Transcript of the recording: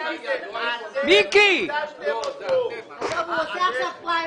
הוא עושה עכשיו פריימריז.